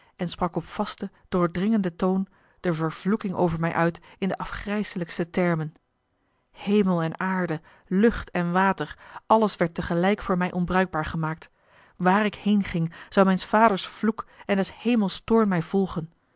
en sprak op vasten doordringenden toon de vervloeking over mij uit in de afgrijselijkste termen hemel en aarde lucht en water alles werd tegelijk voor mij onbruikbaar gemaakt waar ik heenging zou mijns vaders vloek en des hemels toorn mij volgen